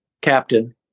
captain